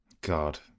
God